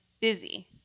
busy